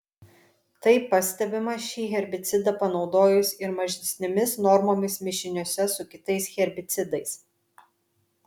tai pastebima šį herbicidą panaudojus ir mažesnėmis normomis mišiniuose su kitais herbicidais